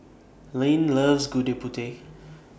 Lynne loves Gudeg Putih